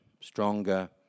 stronger